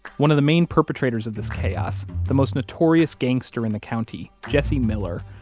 one of the main perpetrators of this chaos, the most notorious gangster in the county, jesse miller,